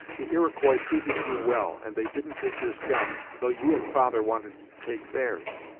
the iroquois treated you well, and they didn't take your scalp, though you and father wanted to take theirs.